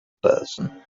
person